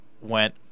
went